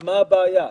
מה הבעיה?